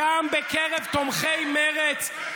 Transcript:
גם בקרב תומכי מרצ.